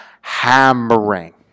hammering